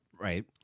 Right